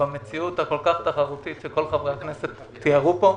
במציאות הכול כך תחרותית שכל חברי הכנסת תיארו כאן,